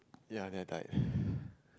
ya then I died